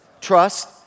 Trust